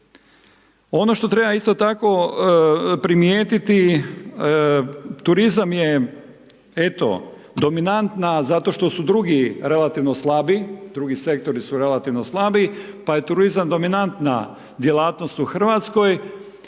Ono što treba isto tako primijetiti, turizam je, eto, dominantna, zato što su drugi relativno slabi, drugi sektori su relativno slabi, pa je turizam dominantna djelatnost u RH,